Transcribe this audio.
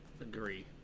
Agree